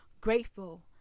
grateful